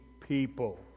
people